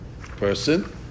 person